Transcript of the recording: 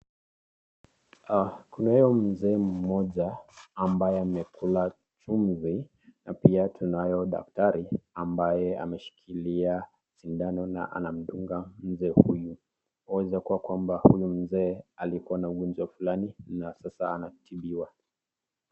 Kuna huyu mzee moja ambaye amekula chumvi, na pia kuna daktari ameshikilia shindano kumdunga mzee huyu, inaweza kuwa huyu mzee, akona ugonjwa fulani na sasa anatibiwa.